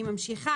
אני ממשיכה,